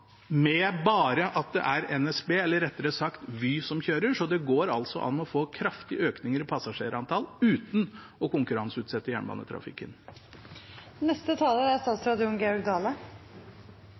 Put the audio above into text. med bare NSB, eller rettere sagt Vy, som kjører. Det går altså an å få kraftige økninger i passasjerantallet uten å konkurranseutsette